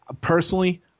Personally